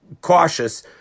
cautious